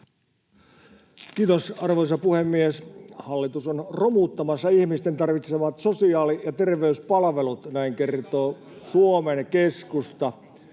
Arvoisa herra puhemies! Hallitus on romuttamassa ihmisten tarvitsemat sosiaali- ja terveyspalvelut — näin kertoo Suomen Keskusta